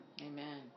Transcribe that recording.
Amen